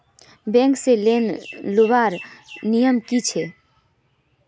Bank से loan लुबार नियम की छे?